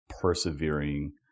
persevering